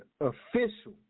official